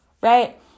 right